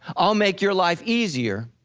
i'll make your life easier.